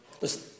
Listen